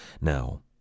Now